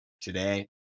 today